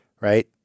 right